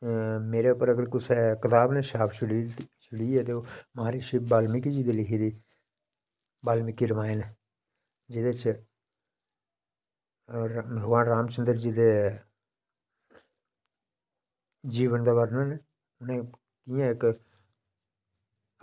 मेरे उप्पर अगर कुसै कताब नै छाप छोड़ी ओड़ी छोड़ी ऐ ते महार्षि बाल्मिकी जी दी लिखी दी बाल्मिकी रामायण जेह्दे च भगवान रामचंद्र जी दे जीवन दा वर्णन उनें इक्क